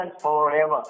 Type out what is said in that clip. forever